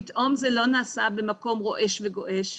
פתאום זה לא נעשה במקום רועש וגועש,